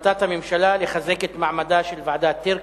החלטת הממשלה לחזק את מעמדה של ועדת-טירקל,